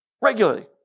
regularly